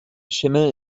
schimmel